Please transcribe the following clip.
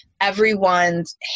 everyone's